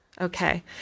Okay